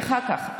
אחר כך.